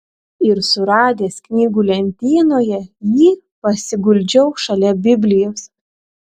ir suradęs knygų lentynoje jį pasiguldžiau šalia biblijos